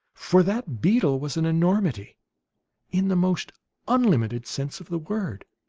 for that beetle was an enormity in the most unlimited sense of the word.